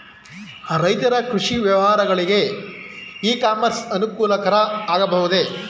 ರೈತರ ಕೃಷಿ ವ್ಯವಹಾರಗಳಿಗೆ ಇ ಕಾಮರ್ಸ್ ಅನುಕೂಲಕರ ಆಗಬಹುದೇ?